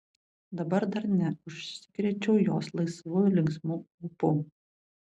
dabar dar ne užsikrėčiau jos laisvu linksmu ūpu